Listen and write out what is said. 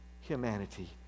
humanity